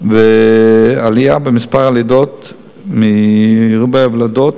והעלייה במספר הלידות מרובות הוולדות,